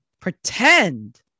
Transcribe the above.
pretend